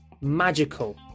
magical